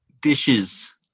dishes